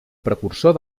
precursor